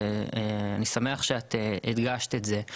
שאני שמח שהדגשת את זה: